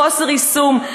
חוסר יישום,